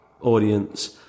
audience